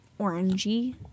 orangey